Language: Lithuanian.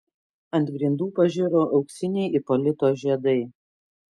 ant grindų pažiro auksiniai ipolito žiedai